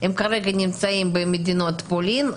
הם כרגע נמצאים במדינות פולין,